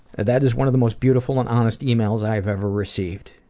that is one of the most beautiful and honest emails i have ever received.